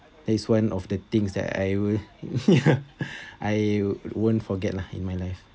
there is one of the things that I will ya I won't forget lah in my life